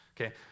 okay